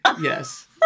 Yes